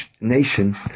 nation